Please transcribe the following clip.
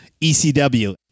ECW